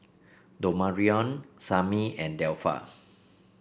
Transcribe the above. Damarion Sammie and Delpha